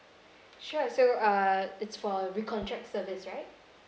sure so uh it's for a recontract service right